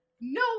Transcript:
No